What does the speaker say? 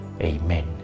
Amen